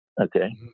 Okay